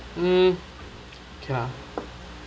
mm okay lah